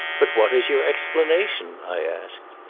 but what is your explanation? i asked.